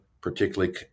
particularly